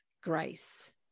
grace